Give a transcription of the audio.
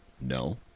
No